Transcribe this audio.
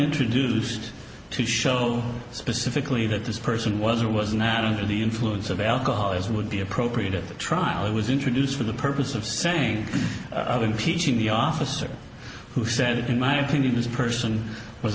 introduced to show specifically that this person was or was now under the influence of alcohol as would be appropriate at the trial it was introduced for the purpose of same in teaching the officer who said in my opinion this person was